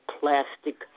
plastic